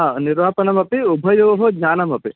आम् निर्वापनमपि उभयोः ज्ञानमपि